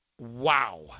Wow